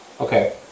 Okay